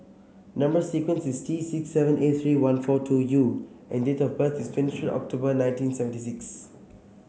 number sequence is T six seven eight three one four two U and date of birth is twenty third October nineteen seventy six